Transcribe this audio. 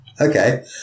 Okay